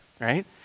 right